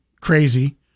crazy